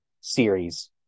series